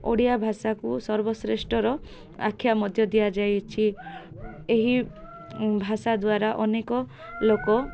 ଓଡ଼ିଆ ଭାଷାକୁ ସର୍ବଶ୍ରେଷ୍ଠର ଆଖ୍ୟା ମଧ୍ୟ ଦିଆଯାଇଛି ଏହି ଭାଷା ଦ୍ୱାରା ଅନେକ ଲୋକ